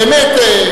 לצים.